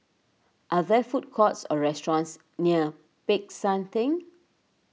are there food courts or restaurants near Peck San theng